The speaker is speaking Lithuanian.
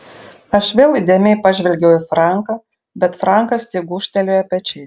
aš vėl įdėmiai pažvelgiau į franką bet frankas tik gūžtelėjo pečiais